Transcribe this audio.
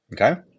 Okay